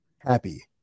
happy